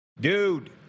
Dude